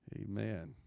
Amen